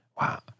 Wow